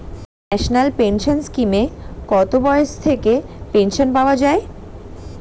National pension স্কিমে কত বয়স থেকে পেনশন পাওয়া যায়?